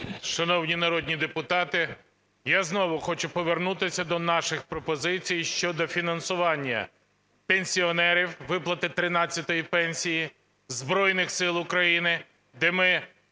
Шановні народні депутати, я знову хочу повернутися до наших пропозицій щодо фінансування пенсіонерів, виплати тринадцятої пенсії, Збройних Сил України, де ми…